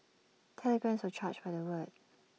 telegrams were charged by the word